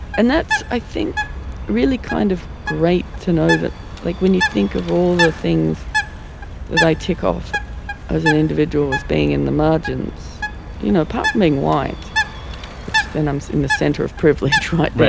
and that's i think really kind of great to know that like when you think of all the things that i tick off as an individual as being in the margins you know performing white which then i'm in the centre of privilege right.